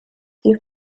die